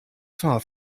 far